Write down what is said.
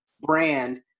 brand